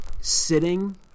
sitting